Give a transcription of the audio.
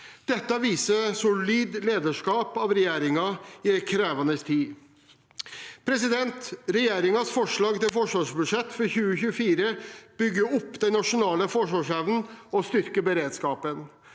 Dette viser et solid lederskap av regjeringen i en krevende tid. Regjeringens forslag til forsvarsbudsjett for 2024 bygger opp den nasjonale forsvarsevnen og styrker beredskapen.